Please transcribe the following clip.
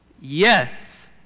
Yes